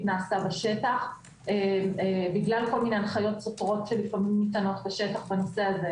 נעשה בשטח בגלל כל מיני הנחיות סותרות בנושא הזה.